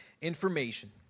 information